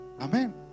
Amen